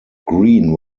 green